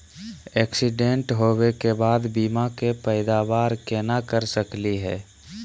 Accident होवे के बाद बीमा के पैदावार केना कर सकली हे?